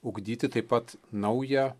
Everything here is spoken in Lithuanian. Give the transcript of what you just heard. ugdyti taip pat naują